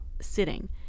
sitting